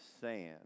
sand